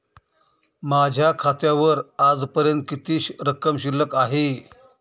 माझ्या खात्यावर आजपर्यंत किती रक्कम शिल्लक आहे?